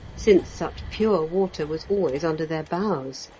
since such pure water was always under their bows.